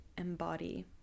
embody